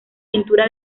pintura